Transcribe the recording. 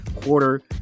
quarter